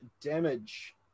damage